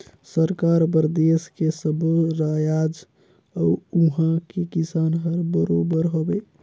सरकार बर देस के सब्बो रायाज अउ उहां के किसान हर बरोबर हवे